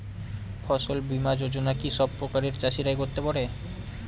ফসল বীমা যোজনা কি সব প্রকারের চাষীরাই করতে পরে?